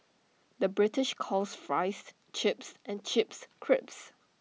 the British calls Fries Chips and Chips Crisps